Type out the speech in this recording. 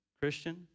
Christian